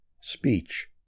speech